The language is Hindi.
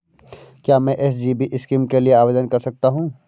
क्या मैं एस.जी.बी स्कीम के लिए आवेदन कर सकता हूँ?